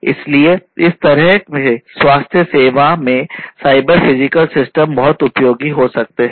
इसलिए इस तरह से स्वास्थ्य सेवा में साइबर फिजिकल सिस्टम बहुत उपयोगी हो सकते हैं